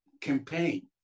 campaign